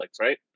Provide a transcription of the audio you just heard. right